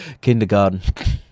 kindergarten